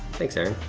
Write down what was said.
thanks, aaron.